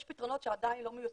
יש פתרונות שעדיין לא מיושמים,